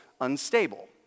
unstable